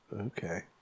Okay